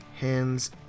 hands